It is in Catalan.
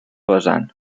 vessant